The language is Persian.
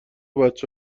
بچه